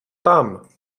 tam